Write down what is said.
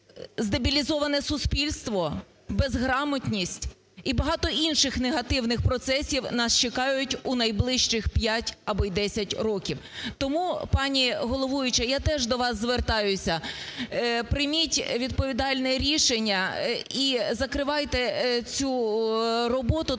перспективі? Здебілізоване суспільство, безграмотність і багато інших негативних процесів нас чекають у найближчих 5 або і 10 років. Тому, пані головуюча, я теж до вас звертаюся: прийміть відповідальне рішення і закривайте цю роботу,